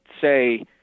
say